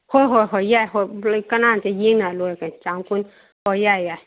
ꯍꯣꯏ ꯍꯣꯏ ꯍꯣꯏ ꯌꯥꯏ ꯍꯣꯏ ꯀꯅꯥ ꯅꯠꯇꯦ ꯌꯦꯡꯅꯔ ꯂꯣꯏꯔꯦ ꯀꯔꯤꯅꯣ ꯆꯥꯝ ꯀꯨꯟ ꯍꯣꯏ ꯌꯥꯏ ꯌꯥꯏ